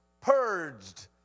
purged